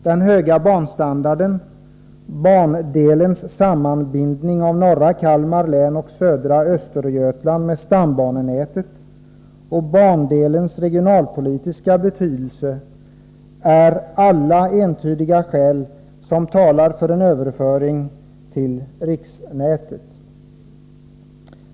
Den höga banstandarden, bandelens sammanbindning av norra Kalmar län och södra Östergötland med stambanenätet och bandelens regionalpolitiska betydelse är alla entydiga skäl som talar för en överföring till riksnätet.